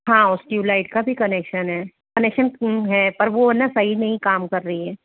हाँ उस tube light का भी कनेक्शन है कनेक्शन है पर वो है ना सही नहीं काम कर रही है